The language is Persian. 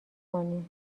کنی